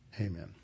Amen